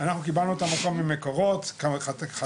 אנחנו קיבלנו את המקום ממקורות --- לא,